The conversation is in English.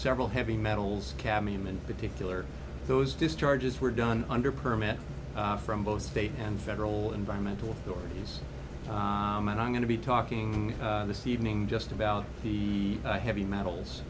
several heavy metals cadmium in particular those discharges where do under permit from both state and federal environmental stories and i'm going to be talking this evening just about the heavy metals